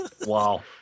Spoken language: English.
Wow